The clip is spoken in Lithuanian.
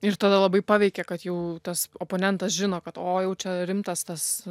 ir tada labai paveikia kad jau tas oponentas žino kad o jau čia rimtas tas